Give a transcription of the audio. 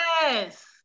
Yes